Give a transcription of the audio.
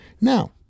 Now